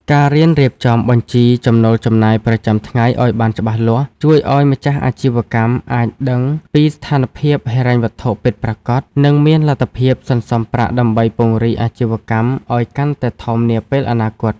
ការរៀនរៀបចំបញ្ជីចំណូលចំណាយប្រចាំថ្ងៃឱ្យបានច្បាស់លាស់ ជួយឱ្យម្ចាស់អាជីវកម្មអាចដឹងពីស្ថានភាពហិរញ្ញវត្ថុពិតប្រាកដ និងមានលទ្ធភាពសន្សំប្រាក់ដើម្បីពង្រីកអាជីវកម្មឱ្យកាន់តែធំនាពេលអនាគត។